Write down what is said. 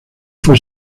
fue